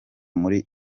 muri